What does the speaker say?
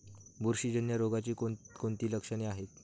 बुरशीजन्य रोगाची कोणकोणती लक्षणे आहेत?